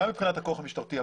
גם מבחינת הכוח המשטרתי,